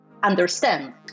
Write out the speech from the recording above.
understand